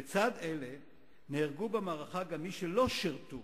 לצד אלה נהרגו במערכה גם מי שלא שירתו